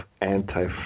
anti